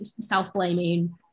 self-blaming